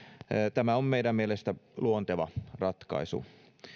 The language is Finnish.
tämä on meidän mielestämme luonteva ratkaisu